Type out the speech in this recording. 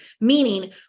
Meaning